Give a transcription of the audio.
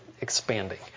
expanding